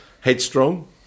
headstrong